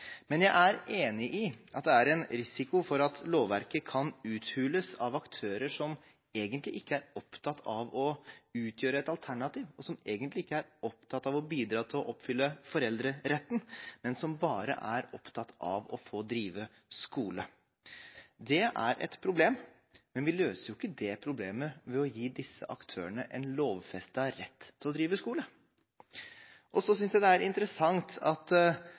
Jeg er enig i at det er en risiko for at lovverket kan uthules av aktører som egentlig ikke er opptatt av å utgjøre et alternativ, som egentlig ikke er opptatt av å bidra til å oppfylle foreldreretten, men som bare er opptatt av å få drive skole. Det er et problem, men vi løser ikke dette problemet ved å gi disse aktørene en lovfestet rett til å drive skole. Jeg synes det er interessant at